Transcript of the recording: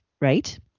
right